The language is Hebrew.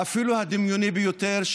ואפילו הדמיוני ביותר,